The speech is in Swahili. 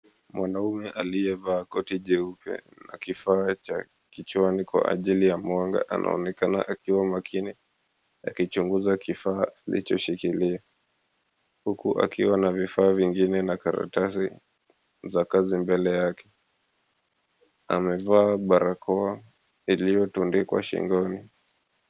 Mwanaume aliyevaa koti jeupe na kifaa cha kichwani kwa ajili ya mwanga, anaonekana akiwa makini, akichunguza kifaa alichoshikilia. Huku akiwa na vifaa vingine na karatasi za kazi mbele yake, amevaa barakoa iliyotundikwa shingoni.